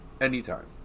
anytime